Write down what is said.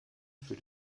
für